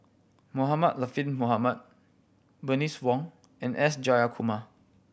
Mohamed Latiff Mohamed Bernice Wong and S Jayakumar